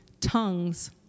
tongues